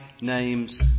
name's